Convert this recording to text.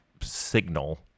signal